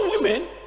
women